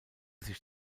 sich